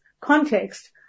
context